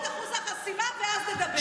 קודם תצליחו לעבור את אחוז החסימה, ואז נדבר.